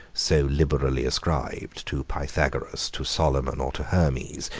so liberally ascribed to pythagoras, to solomon, or to hermes,